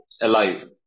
alive